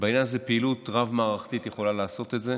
ובעניין הזה פעילות רב-מערכתית יכולה לעשות את זה,